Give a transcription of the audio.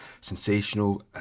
sensational